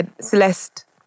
Celeste